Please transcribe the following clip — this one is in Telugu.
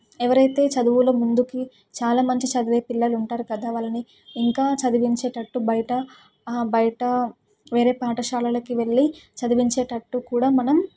ఎవరైతే చదువులో ముందుకి చాలా మంచి చదివే పిల్లలు ఉంటారు కదా వాళ్ళని ఇంకా చదివించేటట్టు బయట బయట వేరే పాఠశాలలకి వెళ్ళి చదివించేటట్టు కూడా మనం